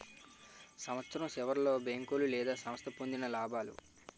సంవత్సరం సివర్లో బేంకోలు లేదా సంస్థ పొందిన లాబాలు